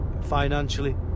financially